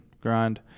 grind